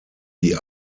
die